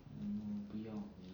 mm 不用